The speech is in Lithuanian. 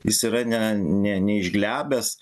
jis yra ne ne ne išglebęs